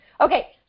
Okay